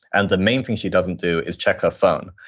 and the main thing she doesn't do is check her phone.